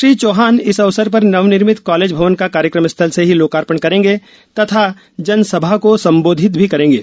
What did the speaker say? श्री चौहान इस अवसर पर नवनिर्मित कॉलेज भवन का कार्यक्रम स्थल से ही लोकार्पण करेंगे तथा जनसभा को संबोधित भी करेंगे